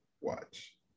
Watch